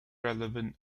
relevant